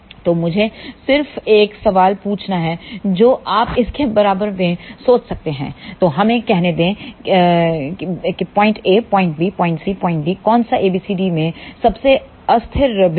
तो मुझे सिर्फ एक सवाल पूछना है जो आप इसके बारे में सोच सकते हैं तो हमें कहने दे बिंदु a बिंदु b बिंदु c बिंदु d कौन सा abcd में सबसे अस्थिर बिंदु है